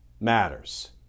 matters